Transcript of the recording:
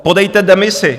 Podejte demisi!